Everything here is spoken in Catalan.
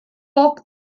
poc